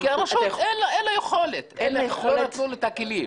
כי לרשות אין יכולת, לא נתנו לה הכלים.